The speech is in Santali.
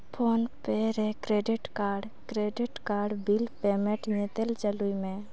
ᱯᱷᱳᱱ ᱯᱮᱹ ᱨᱮ credit card credit card bill payment ᱢᱮ ᱧᱮᱛᱮᱞ ᱪᱟᱹᱞᱩᱭ ᱢᱮ